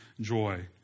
joy